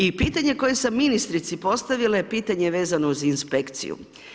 I pitanje koje sam ministrici postavila je pitanje vezano uz inspekciju.